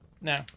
No